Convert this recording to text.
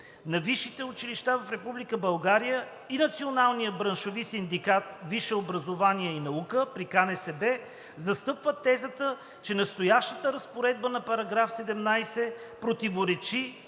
на висшите училища в Република България и Националният браншови синдикат „Висше образование и наука“ при КНСБ застъпват тезата, че настоящата разпоредба на § 17 противоречи